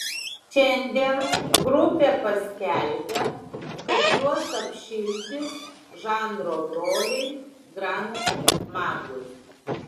šiandien grupė paskelbė kad juos apšildys žanro broliai grand magus